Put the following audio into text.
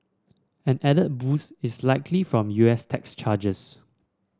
an added boost is likely from U S tax charges